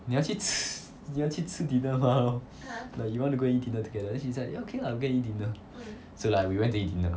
你要去吃你要去吃 dinner 吗 lor like you want to go eat dinner together then she's like eh okay lah we go and eat dinner so like we went to eat dinner